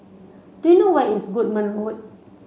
do you know where is Goodman Road